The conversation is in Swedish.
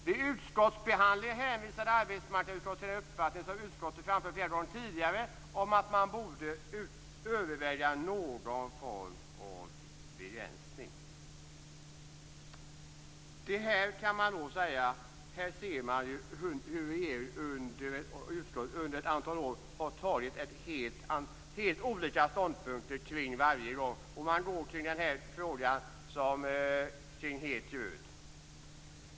Vid utskottsbehandlingen hänvisade arbetsmarknadsutskottet till den uppfattning som utskottet framfört flera gånger tidigare om att man borde överväga någon form av begränsning. Här ser man hur utskottet under ett antal år har intagit helt olika ståndpunkter varje gång ärendet behandlats. Man går kring frågan som kring het gröt.